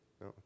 No